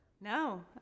No